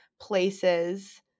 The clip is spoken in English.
places